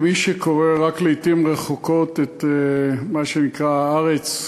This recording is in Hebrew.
כמי שקורא רק לעתים רחוקות את מה שנקרא "הארץ"